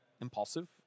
Impulsive